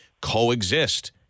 coexist